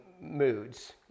moods